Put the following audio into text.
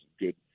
good